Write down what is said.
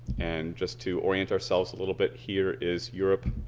and just to orient ourselves a little bit here is europe,